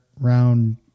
round